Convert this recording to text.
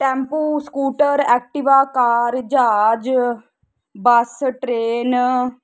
tempo scooter Activa car ਜਹਾਜ bus train